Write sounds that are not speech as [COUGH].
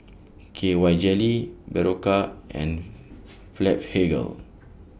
K Y Jelly Berocca and [NOISE] Blephagel